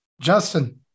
Justin